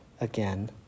again